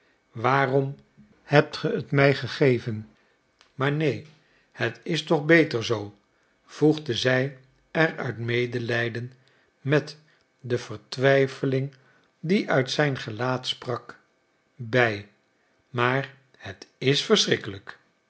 waarom hebt ge het mij gegeven maar neen het is toch beter zoo voegde zij er uit medelijden met de vertwijfeling die uit zijn gelaat sprak bij maar het is verschrikkelijk